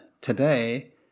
today